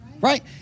right